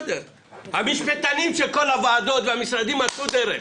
המשפטנים של הוועדות והמשרדים מצאו דרך